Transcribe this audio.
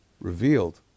revealed